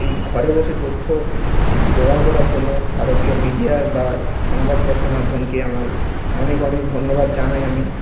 এই ঘরে বসে তথ্য জোগাড় করার জন্য ভারতীয় মিডিয়া বা সংবাদপত্র মাধ্যমকে আমার অনেক অনেক ধন্যবাদ জানাই আমি